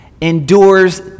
endures